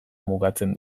mugatzen